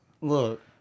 Look